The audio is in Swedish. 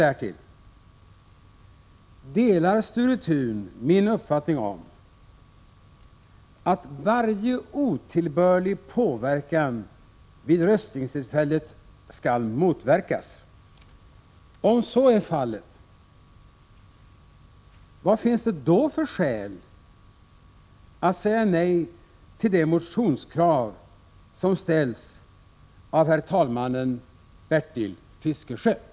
Därtill: Delar Sture Thun min uppfattning att varje otillbörlig påverkan vid röstningstillfället skall motverkas? Om så är fallet: Vilka skäl finns då att säga nej till det motionskrav som ställs av tredje vice talmannen Bertil Fiskesjö?